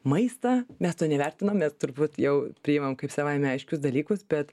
maistą mes to nevertinam mes turbūt jau priimam kaip savaime aiškius dalykus bet